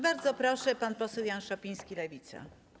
Bardzo proszę, pan poseł Jan Szopiński, Lewica.